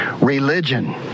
Religion